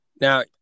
Now